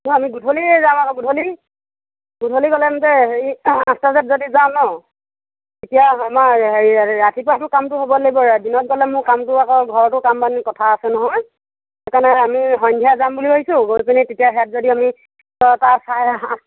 নাই আমি গধূলি যাম আকৌ গধূলি গধূলি গ'লে হেৰি আঠটা বজাত যদি যাওঁ ন' তেতিয়া আমাৰ হেৰি ৰাতিপুৱাতো কামটো হ'ব লাগিব দিনত গ'লে মোৰ কামটো আকৌ ঘৰতো কাম বন কথা আছে নহয় সেইকাৰণে আমি সন্ধিয়া যাম বুলি ভাবিছোঁ গৈ পিনি তেতিয়া ইয়াত যদি আমি ছটা চাৰে সাত